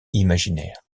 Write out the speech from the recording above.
imaginaire